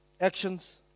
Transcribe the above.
actions